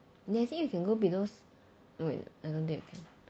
maybe you can go be those wait I don't think you can